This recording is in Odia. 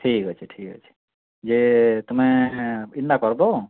ଠିକ୍ ଅଛି ଠିକ୍ ଅଛି ଯେ ତୁମେ ଏଇନା କରିଦେବ